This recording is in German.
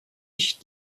ich